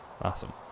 Awesome